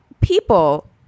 people